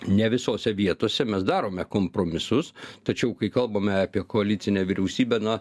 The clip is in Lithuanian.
ne visose vietose mes darome kompromisus tačiau kai kalbame apie koalicinę vyriausybę na